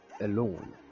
alone